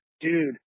Dude